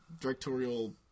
directorial